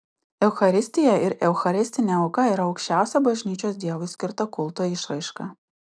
eucharistija ir eucharistinė auka yra aukščiausia bažnyčios dievui skirta kulto išraiška